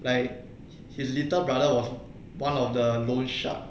like his little brother was one of the loan shark